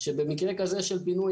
שבמקרה כזה של פינוי,